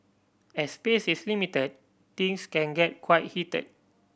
as space is limited things can get quite heated